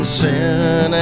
sin